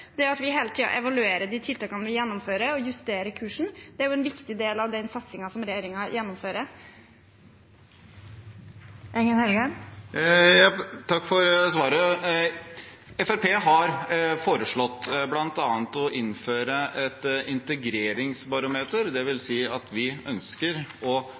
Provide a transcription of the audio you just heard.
Det at vi hele tiden evaluerer de tiltakene vi gjennomfører, og justerer kursen, er en viktig del av den satsingen som regjeringen gjennomfører. Jon Engen-Helgheim – til oppfølgingsspørsmål. Takk for svaret. Fremskrittspartiet har foreslått bl.a. å innføre et integreringsbarometer, det vil si at vi ønsker å